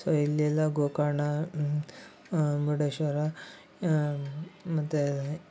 so ಇಲ್ಲಿ ಎಲ್ಲ ಗೋಕರ್ಣ ಮುರ್ಡೇಶ್ವರ ಮತ್ತು